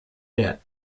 debt